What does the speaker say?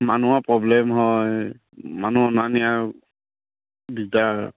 মানুহৰ প্ৰব্লেম হয় মানুহ অনা নিয়া দিগদাৰ